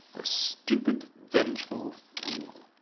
a stupid, vengeful fool!